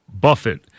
Buffett